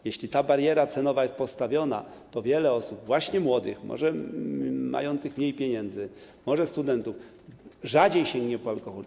Jeśli ta bariera cenowa jest postawiona wyżej, to wiele osób, właśnie młodych, może mających mniej pieniędzy, może studentów, rzadziej sięgnie po alkohol.